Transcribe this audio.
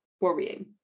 worrying